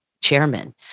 chairman